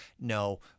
no